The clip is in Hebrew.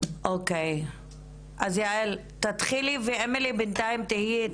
יעל שרר, בבקשה.